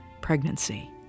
pregnancy